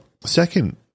second